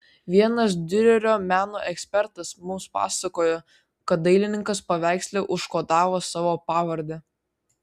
vienas diurerio meno ekspertas mums pasakojo kad dailininkas paveiksle užkodavo savo pavardę